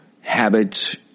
habits